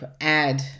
add